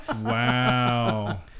Wow